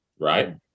right